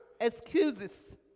excuses